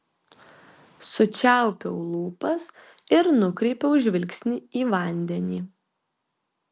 sučiaupiau lūpas ir nukreipiau žvilgsnį į vandenį